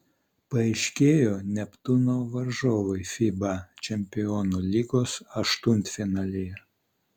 paaiškėjo neptūno varžovai fiba čempionų lygos aštuntfinalyje